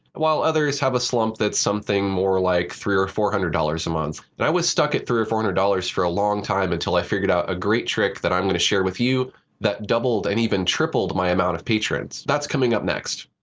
while others have a slump that's something more like three or four hundred dollars a month. i was stuck at three or four hundred dollars for a long time until i figured out a great trick that i'm going to share with you that doubled and even tripled my amount of patrons. that's coming up next.